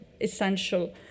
essential